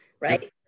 right